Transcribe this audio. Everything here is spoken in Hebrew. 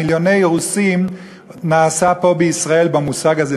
מיליוני רוסים נעשה פה בישראל במושג הזה,